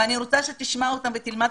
ואני רוצה שתלמד אותם,